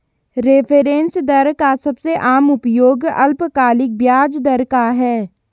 reference दर का सबसे आम उपयोग अल्पकालिक ब्याज दर का है